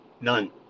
none